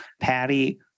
Patty